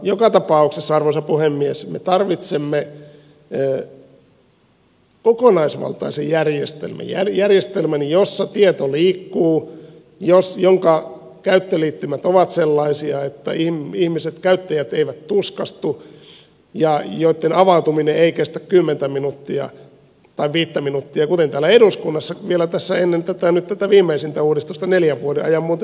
joka tapauksessa arvoisa puhemies me tarvitsemme kokonaisvaltaisen järjestelmän järjestelmän jossa tieto liikkuu jonka käyttöliittymät ovat sellaisia että ihmiset käyttäjät eivät tuskastu ja joitten avautuminen ei kestä kymmentä minuuttia tai viittä minuuttia kuten muuten täällä eduskunnassa vielä tässä ennen tätä viimeisintä uudistusta neljän vuoden ajan oli tilanne